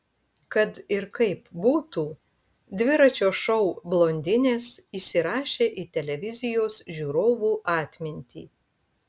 kad ir kaip būtų dviračio šou blondinės įsirašė į televizijos žiūrovų atmintį